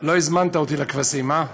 לא הזמנת אותי לכבשים, אה?